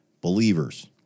believers